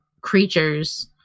creatures